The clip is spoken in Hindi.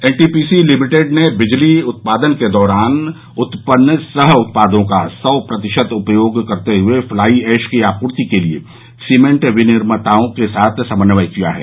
एनटीपीसी लिमिटेड ने बिजली उत्पादन के दौरान उत्पन्न सह उत्पादों का सौ प्रतिशत उपयोग करते हुए फ्लाई एश की आपूर्ति के लिए सीमेंट विनिर्माताओं के साथ समन्वय किया है